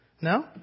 No